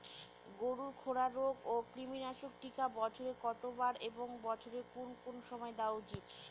গরুর খুরা রোগ ও কৃমিনাশক টিকা বছরে কতবার এবং বছরের কোন কোন সময় দেওয়া উচিৎ?